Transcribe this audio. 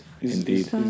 Indeed